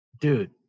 Dude